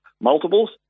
multiples